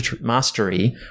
mastery